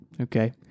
Okay